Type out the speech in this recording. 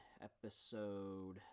episode